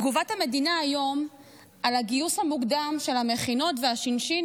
תגובת המדינה היום על הגיוס המוקדם של המכינות והשינשינים,